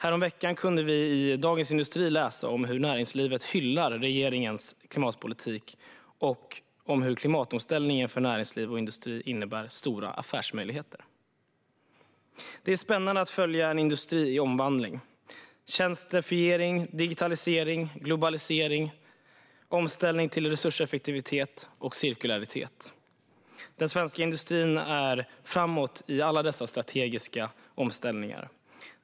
Häromveckan kunde vi i Dagens industri läsa om hur näringslivet hyllar regeringens klimatpolitik och om hur klimatomställningen för näringsliv och industri innebär stora affärsmöjligheter. Det är spännande att följa en industri i omvandling. Det händer mycket inom tjänstefiering, digitalisering, globalisering, omställning till resurseffektivitet och cirkularitet. Den svenska industrin är framåt i dessa strategiska omställningar.